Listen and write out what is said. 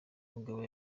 mugabo